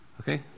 Okay